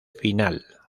final